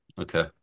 Okay